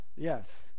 Yes